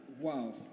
Wow